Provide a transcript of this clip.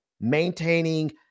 maintaining